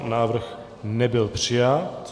Návrh nebyl přijat.